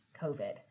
COVID